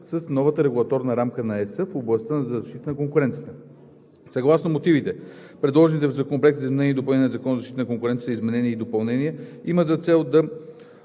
с новата регулаторна рамка на Европейския съюз в областта на защита на конкуренцията. Съгласно мотивите предложените в Законопроекта за изменение и допълнение на Закона за защита на конкуренцията изменения и допълнения имат за цел да